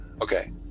Okay